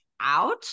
out